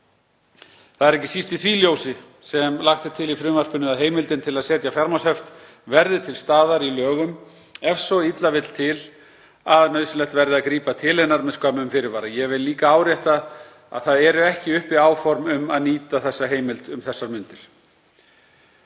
Það er ekki síst í því ljósi sem lagt er til í frumvarpinu að heimildin til að setja fjármagnshöft verði til staðar í lögum ef svo illa vill til að nauðsynlegt verði að grípa til hennar með skömmum fyrirvara. Ég vil líka árétta að það eru ekki uppi áform um að nýta þessa heimild um þessar mundir.